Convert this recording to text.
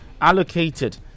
allocated